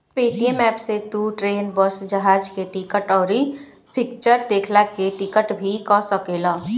Paytm app से तू train, bus, जहाज के टिकट, अउरी फिक्चर देखला के टिकट भी कअ सकेला